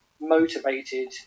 motivated